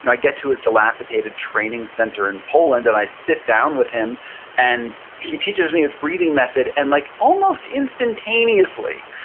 and i get to his dilapidated training center in poland, and i sit down with him and he teaches me his breathing method and like almost instantaneously,